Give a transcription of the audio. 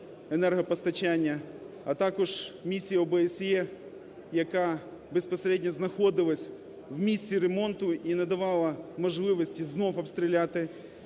енергопостачання, а також місія ОБСЄ, яка безпосередньо знаходилася в місті ремонту і не давала можливості знову обстріляти